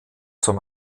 zum